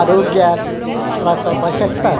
आरोग्याक त्रास जावपा शकतात